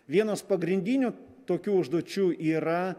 vienas pagrindinių tokių užduočių yra